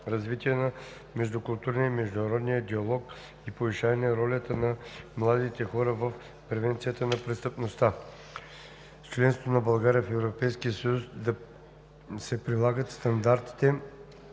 развитие на междукултурния и международния диалог и повишаване ролята на младите хора в превенцията на престъпността. С членството на България в Европейския съюз се прилагат стандартите,